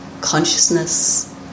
consciousness